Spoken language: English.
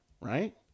right